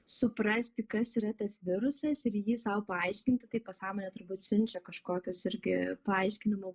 suprasti kas yra tas virusas ir jį sau paaiškinti tai pasąmonė turbūt siunčia kažkokius irgi paaiškinimų